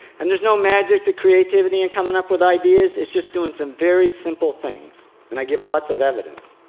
and there's no magic to creativity in and coming up with ideas it's just doing some very simple things. and i give lots of evidence.